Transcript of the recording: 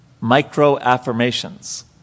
micro-affirmations